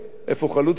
איפה חלוץ היום?